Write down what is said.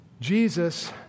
Jesus